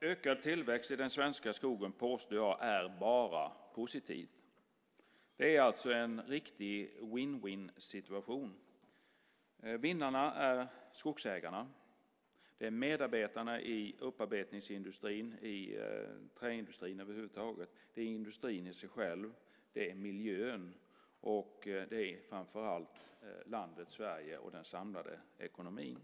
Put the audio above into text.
ökad tillväxt i den svenska skogen påstår jag är bara positiv. Det är en riktig win-win situation. Vinnarna är skogsägarna, medarbetarna i upparbetningsindustrin, träindustrin över huvud taget, industrin i sig själv, miljön, landet Sverige och den samlade ekonomin.